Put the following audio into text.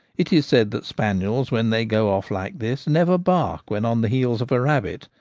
it is said that spaniels when they go off like this never bark when on the heels of a rabbit,